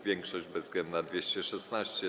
Większość bezwzględna - 216.